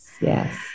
Yes